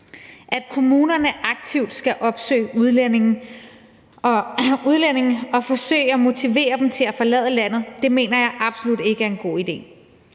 At kommunerne aktivt skal opsøge udlændinge og forsøge at motivere dem til at forlade landet, mener jeg absolut ikke er en god idé.